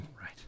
Right